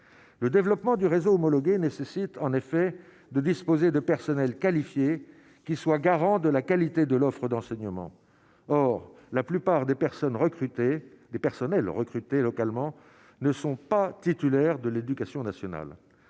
le développement du réseau homologué nécessite en effet de disposer de personnels qualifiés qui soit garant de la qualité de l'offre d'enseignement, or la plupart des personnes, recruter des personnels recrutés localement, ne sont pas titulaires de l'Éducation nationale,